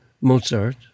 Mozart